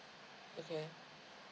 okay